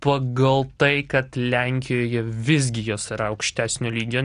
pagal tai kad lenkijoje visgi jos yra aukštesnio lygio